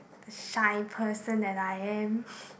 the shy person that I am